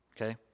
okay